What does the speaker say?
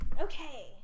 Okay